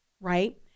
right